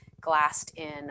glassed-in